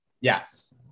yes